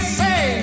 say